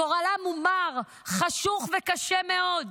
גורלם הוא מר, חשוך וקשה מאוד.